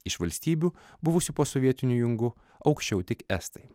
iš valstybių buvusių posovietiniu jungu aukščiau tik estai